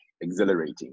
exhilarating